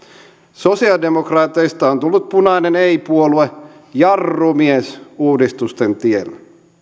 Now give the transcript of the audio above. sosialidemokraateista on tullut punainen ei puolue jarrumies uudistusten tiellä